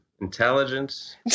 intelligence